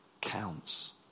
counts